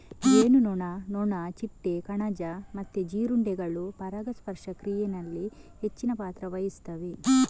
ಜೇನುನೊಣ, ನೊಣ, ಚಿಟ್ಟೆ, ಕಣಜ ಮತ್ತೆ ಜೀರುಂಡೆಗಳು ಪರಾಗಸ್ಪರ್ಶ ಕ್ರಿಯೆನಲ್ಲಿ ಹೆಚ್ಚಿನ ಪಾತ್ರ ವಹಿಸ್ತವೆ